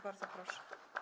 Bardzo proszę.